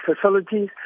facilities